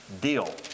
deal